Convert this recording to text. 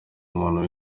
umuntu